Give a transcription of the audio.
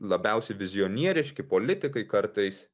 labiausiai vizionieriški politikai kartais